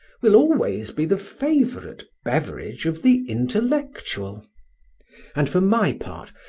will always be the favourite beverage of the intellectual and, for my part,